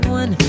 one